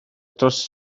dros